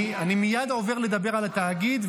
אני מייד עובר לדבר על התאגיד,